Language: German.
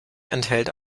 enthält